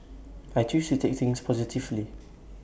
I choose to take things positively